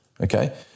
Okay